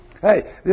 Hey